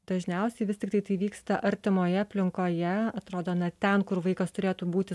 dažniausiai vis tiktai tai vyksta artimoje aplinkoje atrodo na ten kur vaikas turėtų būti